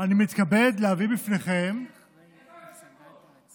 אני מתכבד להביא בפניכם, איפה היושב-ראש,